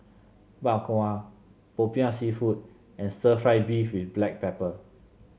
Bak Kwa popiah seafood and stir fry beef with Black Pepper